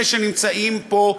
אלה שנמצאים פה,